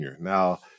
Now